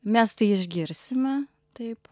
mes tai išgirsime taip